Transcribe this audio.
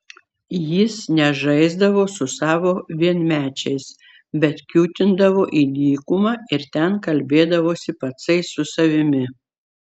jis nežaisdavo su savo vienmečiais bet kiūtindavo į dykumą ir ten kalbėdavosi patsai su savimi